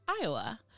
Iowa